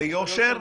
ביושר,